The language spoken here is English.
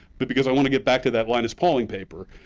but because i want to get back to that linus pauling paper,